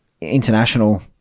international